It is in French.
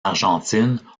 argentine